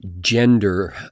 gender